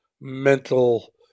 mental